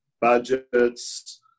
budgets